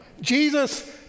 Jesus